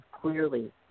clearly